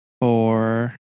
four